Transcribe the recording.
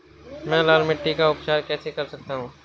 मैं लाल मिट्टी का उपचार कैसे कर सकता हूँ?